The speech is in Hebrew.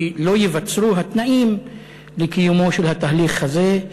כי לא ייווצרו התנאים לקיומו של התהליך הזה,